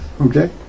Okay